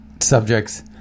subjects